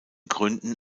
gründen